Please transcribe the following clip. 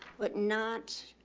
but not, ah,